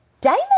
Damon